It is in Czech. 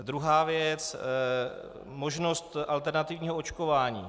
Druhá věc, možnost alternativního očkování.